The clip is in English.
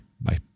bye